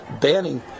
banning